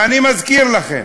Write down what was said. ואני מזכיר לכם: